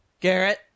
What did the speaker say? Garrett